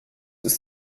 ist